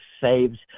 saves